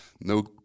No